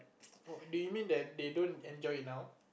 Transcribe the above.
oh do you mean that they don't enjoy it now